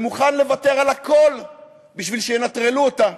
והוא מוכן לוותר על הכול כדי שינטרלו אותה.